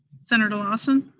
senator lawson?